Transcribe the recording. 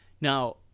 Now